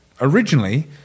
originally